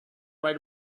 right